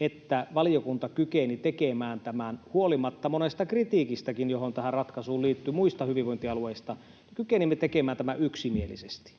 että valiokunta kykeni tekemään tämän — huolimatta monesta kritiikistäkin, joita tähän ratkaisuun liittyi muista hyvinvointialueista, kykenimme tekemään tämän yksimielisesti.